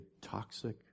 toxic